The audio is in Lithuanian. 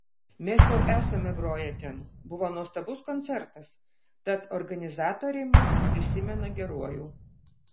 mes jau esame groję ten buvo nuostabus koncertas tad organizatoriai mus prisimena geruoju